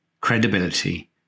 credibility